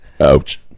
Ouch